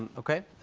okay,